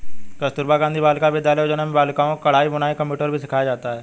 कस्तूरबा गाँधी बालिका विद्यालय योजना में बालिकाओं को कढ़ाई बुनाई कंप्यूटर भी सिखाया जाता है